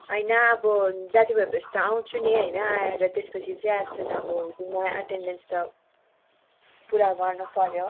होइन अब जाति भएपछि त आउँछु नि होइन आएर त्यसपछि चाहिँ एब्सेन्ट अब हुँदिन एटेन्डेन्स त पुरा गर्नुपर्यो